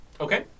okay